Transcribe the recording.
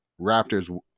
Raptors